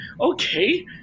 Okay